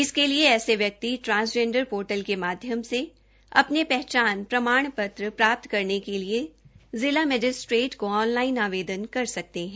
इसके लिए ऐसे व्यक्ति ट्रांसजेंडर पोर्टल के माध्यम से अपने पहचान प्रमाण पत्र प्राप्त करने के लिए जिला मजिस्ट्रेट को ऑनलाइन आवेदन कर सकते हैं